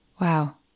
wow